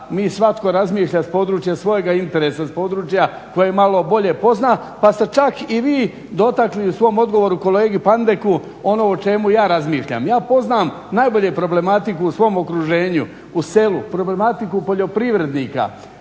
mi svatko razmišlja sa područja svoga interesa, s područja koje malo bolje pozna pa ste čak i vi dotakli u svom odgovoru kolegi Pandeku ono o čemu ja razmišljam. Ja poznam najbolje problematiku u svom okruženju, u selu, problematiku poljoprivrednika,